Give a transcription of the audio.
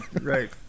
right